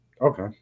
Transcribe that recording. Okay